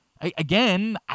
again